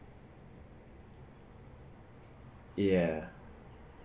ya